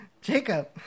Jacob